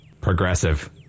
Progressive